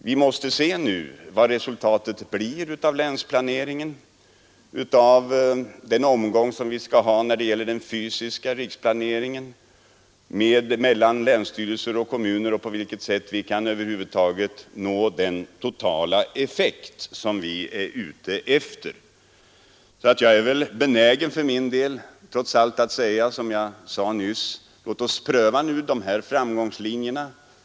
Vi måste se vad resultatet blir av länsplaneringen, av den omgång mellan länsstyrelser och kommuner som vi skall ha när det gäller den fysiska riksplaneringen och på vilket sätt vi kan nå den totala effekt som vi är ute efter. Jag är väl för min del benägen att säga: Låt oss pröva de här framgångslinjerna!